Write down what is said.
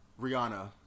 Rihanna